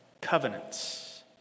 covenants